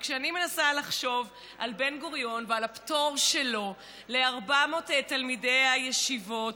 כשאני מנסה לחשוב על בן-גוריון ועל הפטור שלו ל-400 תלמידי הישיבות,